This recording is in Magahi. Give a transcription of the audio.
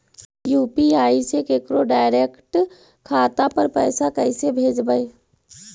यु.पी.आई से केकरो डैरेकट खाता पर पैसा कैसे भेजबै?